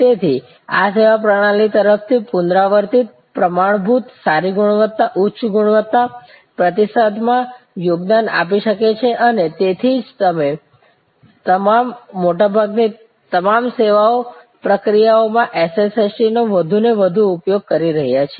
તેથી આ સેવા પ્રણાલી તરફથી પુનરાવર્તિત પ્રમાણભૂત સારી ગુણવત્તા ઉચ્ચ ગુણવત્તા પ્રતિસાદમાં યોગદાન આપી શકે છે અને તેથી જ અમે તમામ મોટાભાગની તમામ સેવા પ્રક્રિયાઓમાં આ SST નો વધુને વધુ ઉપયોગ કરી રહ્યા છીએ